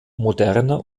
moderner